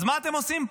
אז מה אתם עושים פה?